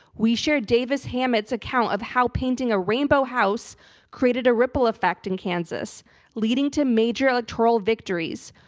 we shared davis hammett's account of how painting a rainbow house created a ripple effect in kansas leading to major electoral victories.